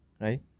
right